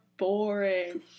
Boring